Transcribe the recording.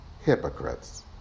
hypocrites